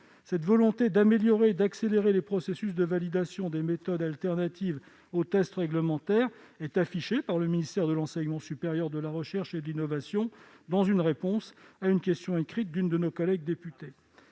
Cette volonté d'améliorer et d'accélérer les processus de validation des méthodes alternatives au test réglementaire est affichée par le ministère de l'enseignement supérieur, de la recherche et de l'innovation dans sa réponse à la question écrite de l'une de nos collègues députés.